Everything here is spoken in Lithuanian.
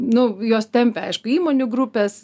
nu jos tempia aišku įmonių grupes